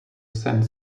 sent